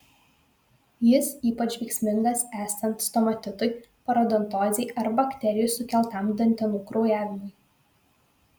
jis ypač veiksmingas esant stomatitui parodontozei ar bakterijų sukeltam dantenų kraujavimui